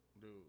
dude